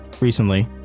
recently